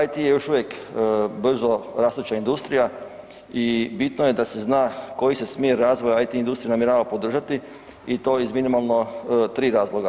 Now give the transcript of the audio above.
IT je još uvijek brzo rastuća industrija i bitno je da se zna koji se smjer razvoja IT industrije namjerava podržati i to iz minimalno 3 razloga.